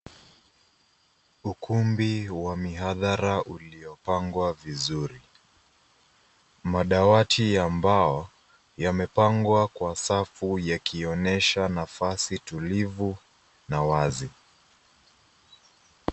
Ukumbi wa mihadhara ulio pangwa vizuri madawati ya mbao yamepangwa kwa safu yakionyesha nafasi tulivu na wazi.